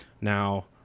Now